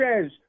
says